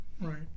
Right